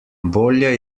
bolje